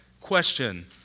question